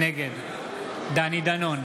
נגד דני דנון,